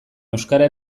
euskara